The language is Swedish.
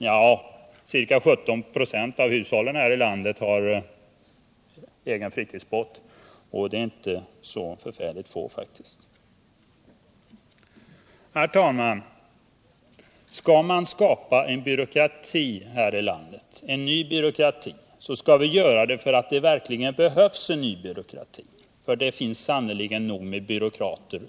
Ca 17 26 av hushållen här i landet har egen fritidsbåt. Det är faktiskt inte så förfärligt få. Herr talman! Om man skall skapa en ny byråkrati här i Jandet skall man göra det därför att det verkligen behövs en ny byråkrati. Jag anser att det redan nu sannerligen finns nog med byråkrater.